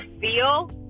feel